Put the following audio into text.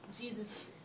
Jesus